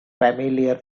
familiar